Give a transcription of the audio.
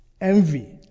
envy